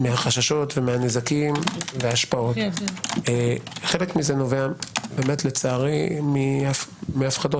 מהחששות ומהנזקים וההשפעות נובע לצערי מהפחדות,